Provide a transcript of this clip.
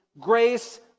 grace